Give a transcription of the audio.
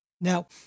Now